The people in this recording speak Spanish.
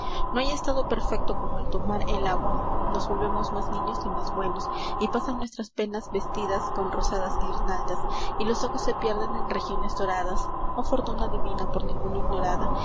no hay estado perfecto como al tomar el agua nos volvemos más niños y más buenos y pasan nuestras penas vestidas con rosadas guirnaldas y los ojos se pierden en regiones doradas oh fortuna divina por ninguno ignorada